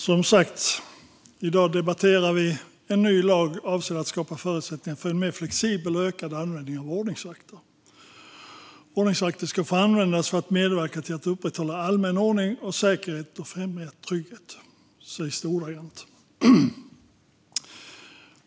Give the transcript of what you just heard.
Herr talman! I dag debatterar vi en ny lag avsedd att skapa förutsättningar för en mer flexibel och ökad användning av ordningsvakter. Ordningsvakter ska få användas för att medverka till att upprätthålla allmän ordning och säkerhet och främja trygghet. Det sägs ordagrant.